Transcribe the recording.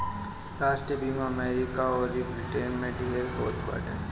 राष्ट्रीय बीमा अमरीका अउर ब्रिटेन में ढेर होत बाटे